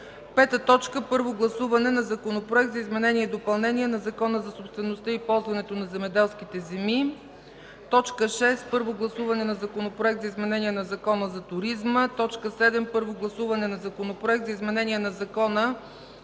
2015 г. 5. Първо гласуване на Законопроекта за изменение и допълнение на Закона за собствеността и ползването на земеделските земи. 6. Първо гласуване на Законопроекта за изменение на Закона за туризма. 7. Първо гласуване на Законопроекта за изменение на Закона